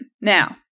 Now